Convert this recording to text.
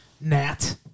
Nat